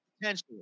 Potentially